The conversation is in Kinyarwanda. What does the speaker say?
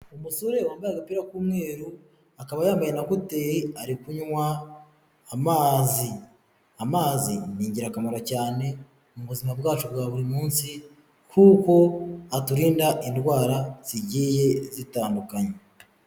Umusore wambaye agapira k'umweru, akaba yambayeye na kuteri ari kunywa amazi. Amazi ni ingirakamaro cyane mu buzima bwacu bwa buri munsi, kuko aturinda indwara zigiye zitandukanye.